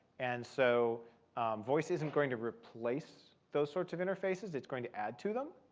and so voice isn't going to replace those sorts of interfaces, it's going to add to them.